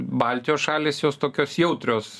baltijos šalys jos tokios jautrios